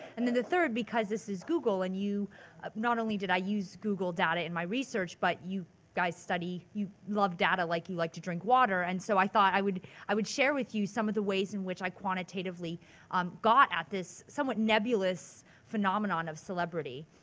and then the third because this is google and you ah not only did i use google data in my research, but you guys study, you love data like you like to drink water, and so i thought i would, i would share with you some of the ways in which i quantitatively um got at this somewhat nebulous phenomenon of celebrity.